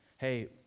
hey